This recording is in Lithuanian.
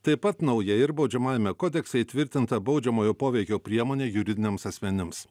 taip pat nauja ir baudžiamajame kodekse įtvirtinta baudžiamojo poveikio priemonė juridiniams asmenims